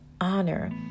honor